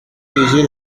piéger